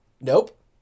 Nope